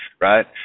right